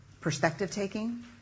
Perspective-taking